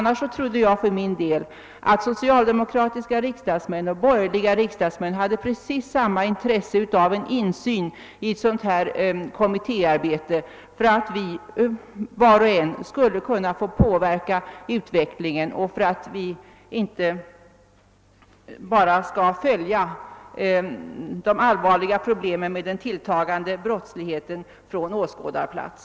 Jag trodde annars att socialdemokrater och borgerliga riksdagsmän hade precis samma intresse av insyn i kommittéarbetet för att var och en skall kunna påverka utvecklingen, inte bara följa de allvarliga problemen med den tilltagande brottsligheten från åskådarplats.